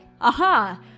aha